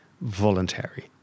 voluntary